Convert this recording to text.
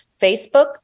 Facebook